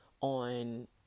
on